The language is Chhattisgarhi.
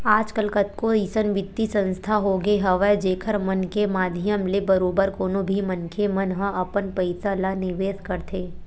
आजकल कतको अइसन बित्तीय संस्था होगे हवय जेखर मन के माधियम ले बरोबर कोनो भी मनखे मन ह अपन पइसा ल निवेस करथे